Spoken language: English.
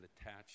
attached